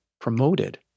promoted